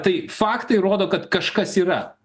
tai faktai rodo kad kažkas yra